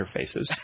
interfaces